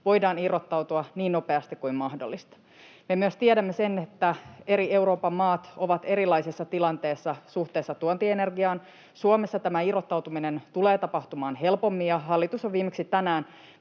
voidaan irrottautua niin nopeasti kuin mahdollista. Me myös tiedämme sen, että eri Euroopan maat ovat erilaisessa tilanteessa suhteessa tuontienergiaan. Suomessa tämä irrottautuminen tulee tapahtumaan helpommin, ja hallitus on viimeksi tänään